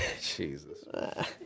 Jesus